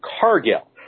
Cargill